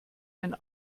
wenn